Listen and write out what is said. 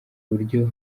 uburyo